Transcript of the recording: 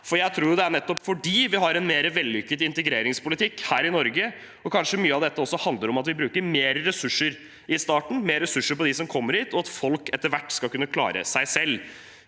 der. Jeg tror det er nettopp fordi vi har en mer vellykket integreringspolitikk her i Norge – kanskje mye av dette også handler om at vi bruker mer ressurser i starten, mer ressurser på dem som kommer hit, og på at folk etter hvert skal kunne klare seg selv.